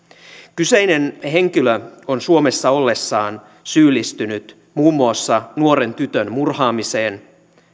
kyseinen henkilö on suomessa olleessaan syyllistynyt muun muassa nuoren tytön murhaamiseen